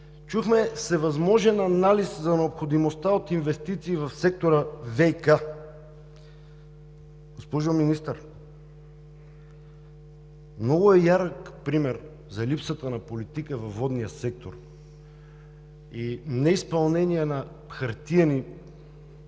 Чухме всевъзможен анализ за необходимостта от инвестиции в сектора ВиК. Госпожо Министър, много ярък пример за липсата на политика във водния сектор и неизпълнение, на хартиени